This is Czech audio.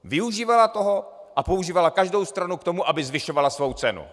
Využívala toho a používala každou stranu k tomu, aby zvyšovala svou cenu.